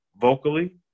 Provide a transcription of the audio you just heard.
vocally